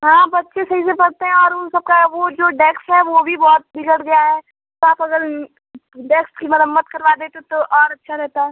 हाँ बच्चे सही से पढ़ते हैं और उन सबका वह जो डेस्क है वह भी बहुत बिगड़ गया है तो आप अगर डेस्क की मरम्मत करवा देते तो और अच्छा रहता